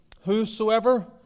Whosoever